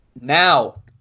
now